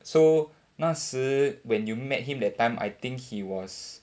so 那时 when you met him that time I think he was